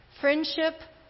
Friendship